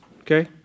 Okay